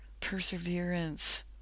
Perseverance